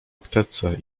aptece